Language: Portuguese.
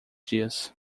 dias